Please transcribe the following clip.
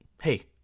hey